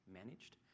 managed